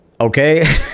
Okay